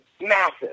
massive